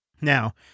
Now